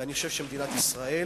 ואני חושב שמדינת ישראל